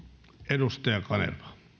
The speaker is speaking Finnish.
puhemies